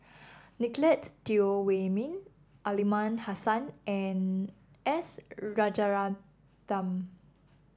Nicolette Teo Wei Min Aliman Hassan and S Rajaratnam